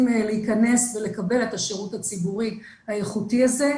להיכנס ולקבל את השירות הציבורי האיכותי הזה,